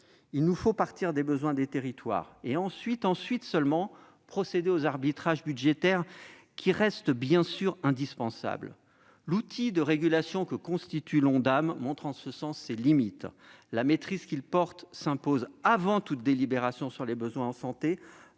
Il nous faut partir des besoins des territoires, et ensuite- ensuite seulement -procéder aux arbitrages budgétaires qui demeurent, bien sûr, indispensables. L'outil de régulation que constitue l'Ondam montre en ce sens ses limites. La maîtrise qu'il porte s'impose avant toute délibération sur les besoins en matière